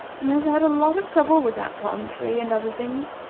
and has had a lot of trouble with that palm-tree and other things,